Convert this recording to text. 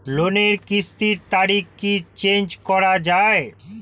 লোনের কিস্তির তারিখ কি চেঞ্জ করা যায়?